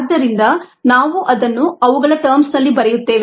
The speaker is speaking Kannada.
ಆದ್ದರಿಂದ ನಾವು ಅದನ್ನು ಅವುಗಳ ಟರ್ಮ್ಸ್ ನಲ್ಲಿ ಬರೆಯುತ್ತೇವೆ